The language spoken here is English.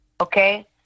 okay